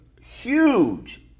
Huge